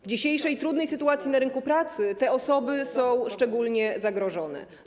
W dzisiejszej trudnej sytuacji na rynku pracy te osoby są szczególnie zagrożone.